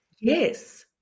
yes